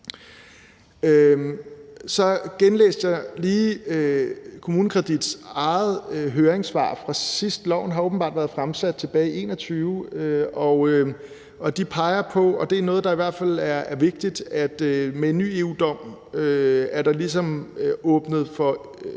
Så genlæste jeg lige KommuneKredits eget høringssvar fra sidst – lovforslaget har åbenbart været fremsat tilbage i 2021 – og de peger i det på noget, der i hvert fald er vigtigt: Med en ny EU-dom er der ligesom åbnet for